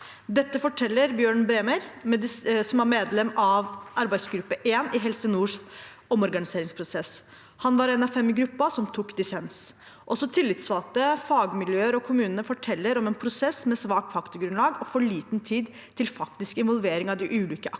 Dette forteller Bjørn Bremer, medlem av arbeidsgruppe 1 i Helse nords omorganiseringsprosess. Han var én av fem i gruppa som tok dissens. Også tillitsvalgte, fagmiljøer og kommunen forteller om en prosess med svakt faktagrunnlag og for liten tid til faktisk involvering av de ulike aktørene.